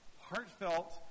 heartfelt